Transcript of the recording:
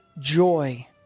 joy